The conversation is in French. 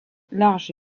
large